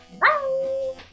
bye